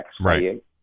Right